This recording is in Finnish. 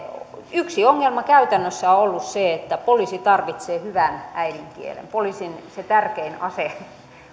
yksi ongelma käytännössä on ollut se että poliisi tarvitsee hyvän äidinkielen se poliisin tärkein ase